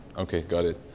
okay, got it.